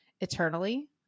eternally